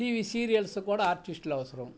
TV సీరియల్స్కి కూడా ఆర్టిస్ట్లు అవసరం